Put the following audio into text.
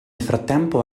frattempo